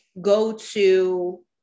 go-to